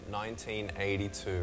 1982